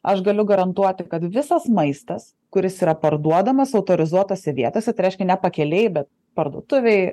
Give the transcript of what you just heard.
aš galiu garantuoti kad visas maistas kuris yra parduodamas autorizuotose vietose tai reiškia nepakelėj bet parduotuvėj